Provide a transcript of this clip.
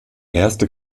erste